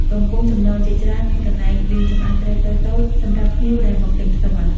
កំពង់ចម្លងជាច្រើនមាន កន្លែងលាងសម្អាត ត្រីតូចៗសម្រាប់ភ្ញៀវដែលមកទិញផ្ទាល់។